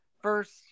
first